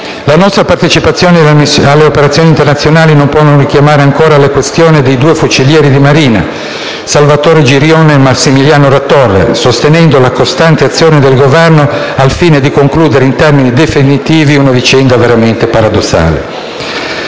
La nostra partecipazione alle operazioni internazionali non può non richiamare ancora la questione dei due fucilieri di Marina, Salvatore Girone e Massimiliano Latorre, sostenendo la costante azione del Governo, al fine di concludere in termini definitivi una vicenda veramente paradossale.